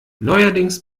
neuerdings